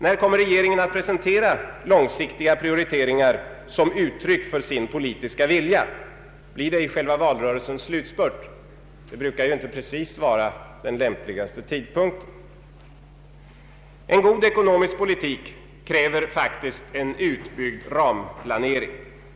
När kommer regeringen att presentera långsiktiga prioriteringar som uttryck för sin politiska vilja? Blir det i själva valrörelsens slut spurt? Det brukar ju inte vara precis den lämpligaste tidpunkten. En god ekonomisk politik kräver faktiskt en utbyggd ramplanering.